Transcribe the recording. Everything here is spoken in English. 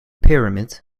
pyramid